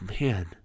Man